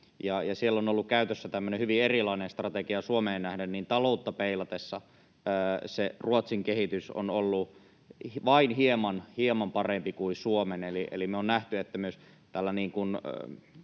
missä on ollut käytössä tämmöinen hyvin erilainen strategia Suomeen nähden, niin taloutta peilatessa se Ruotsin kehitys on ollut vain hieman parempi kuin Suomessa. Eli on nähty, että toimimalla